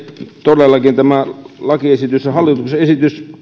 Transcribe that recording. todellakin tämä lakiesitys ja hallituksen esitys